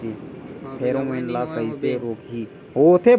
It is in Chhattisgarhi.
फेरोमोन ला कइसे रोकही?